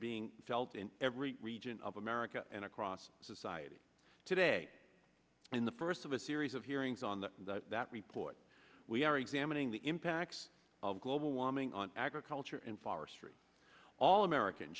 being felt in every region of america and across society today in the first of a series of hearings on that and that report we are examining the impacts of global warming on agriculture and forestry all american